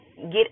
get